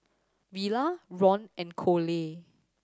Villa Ron and Coley